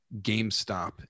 GameStop